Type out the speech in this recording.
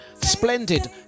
splendid